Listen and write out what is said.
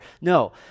no